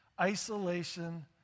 Isolation